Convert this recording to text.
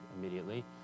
immediately